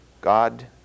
God